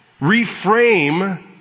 Reframe